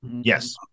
Yes